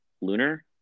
lunar